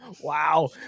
wow